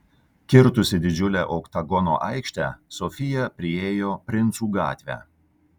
kirtusi didžiulę oktagono aikštę sofija priėjo princų gatvę